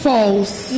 False